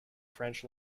french